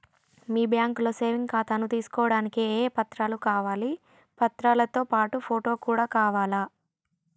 మీ బ్యాంకులో సేవింగ్ ఖాతాను తీసుకోవడానికి ఏ ఏ పత్రాలు కావాలి పత్రాలతో పాటు ఫోటో కూడా కావాలా?